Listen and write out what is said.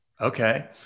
Okay